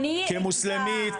כמוסלמית,